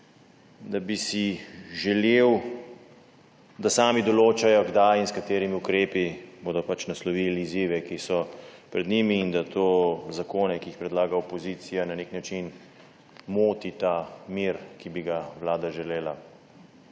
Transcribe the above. da bi si želel, da sami določajo, kdaj in s katerimi ukrepi bodo naslovili izzive, ki so pred njimi, in da zakoni, ki jih predlaga opozicija, na nek način motijo mir, ki bi ga vlada želela.